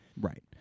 Right